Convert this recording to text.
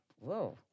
whoa